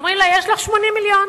ואומרים לה: יש לכם 80 מיליון.